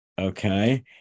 Okay